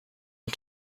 and